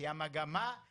המגמה היא